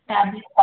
tablets